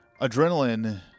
adrenaline